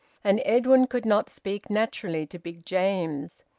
and edwin could not speak naturally to big james.